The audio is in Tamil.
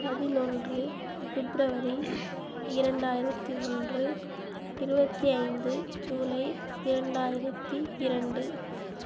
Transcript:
பதினொன்று பிப்ரவரி இரண்டாயிரத்து ஒன்று இருபத்தி ஐந்து ஜூலை இரண்டாயிரத்து இரண்டு